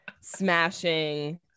smashing